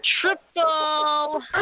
Triple